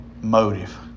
motive